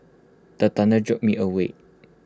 the thunder jolt me awake